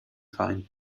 vereinten